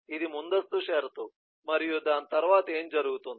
ఇది ముందస్తు షరతు మరియు దాని తర్వాత ఏమి జరుగుతుంది